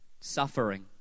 suffering